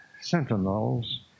sentinels